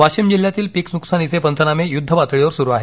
वाशिम जिल्ह्यातील पिक नुकसानीचे पंचनामे युद्धपातळीवर सुरु आहेत